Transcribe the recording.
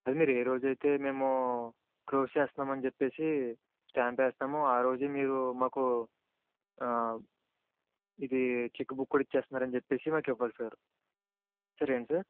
అది మీరు ఏ రోజైతే మేము క్లోస్ చేస్తున్నామని చెప్పి స్టాంప్ వేస్తామో ఆ రోజే మీరు మాకు ఆ ఇది చెక్ బుక్ కూడా ఇచ్చేస్తున్నారని చెప్పి మాకు ఇవ్వాలి సార్ సార్ ఏంటి సార్